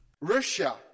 Russia